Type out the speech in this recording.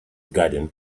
garden